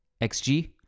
XG